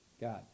God